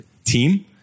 team